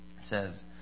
says